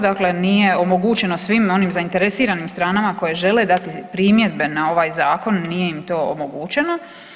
Dakle, nije omogućeno svim onim zainteresiranim stranama koje žele dati primjedbe na ovaj zakon nije im to omogućeno.